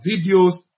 videos